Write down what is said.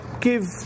give